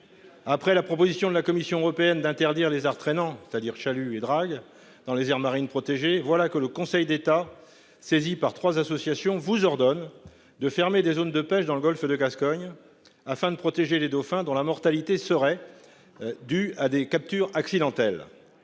Après la proposition de la Commission européenne d'interdire les arts traînants c'est-à-dire chalut et drague dans les aires marines protégées, voilà que le Conseil d'État saisi par trois associations vous ordonne de fermer des zones de pêche dans le Golfe de Gascogne. Afin de protéger les dauphins dont la mortalité serait. Due à des captures accidentelles.